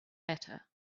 better